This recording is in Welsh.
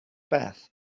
beth